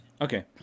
Okay